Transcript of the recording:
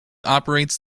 operates